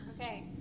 Okay